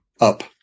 Up